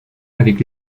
avec